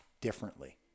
differently